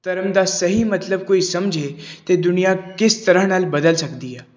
ਧਰਮ ਦਾ ਸਹੀ ਮਤਲਬ ਕੋਈ ਸਮਝੇ ਤਾਂ ਦੁਨੀਆ ਕਿਸ ਤਰ੍ਹਾਂ ਨਾਲ ਬਦਲ ਸਕਦੀ ਆ